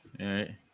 right